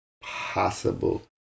possible